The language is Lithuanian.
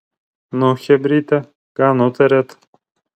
nu chebryte ką nutarėt